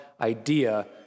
idea